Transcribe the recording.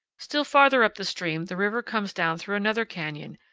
still farther up the stream the river comes down through another canyon,